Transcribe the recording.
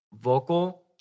vocal